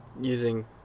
using